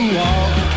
walk